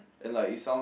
and like it sounds